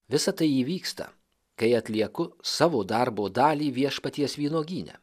visa tai įvyksta kai atlieku savo darbo dalį viešpaties vynuogyne